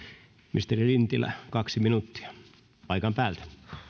ministeri lintilä kaksi minuuttia paikan päältä